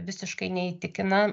visiškai neįtikina